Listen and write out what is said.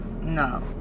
No